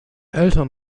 eltern